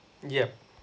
yup